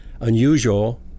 unusual